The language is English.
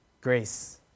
Grace